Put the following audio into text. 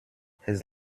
his